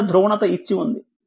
ఇక్కడ ధ్రువణత ఇచ్చి ఉంది